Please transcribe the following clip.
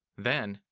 then,